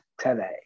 today